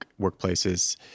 workplaces